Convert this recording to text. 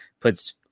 puts